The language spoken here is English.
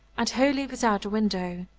and wholly without a window.